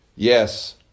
Yes